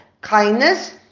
Kindness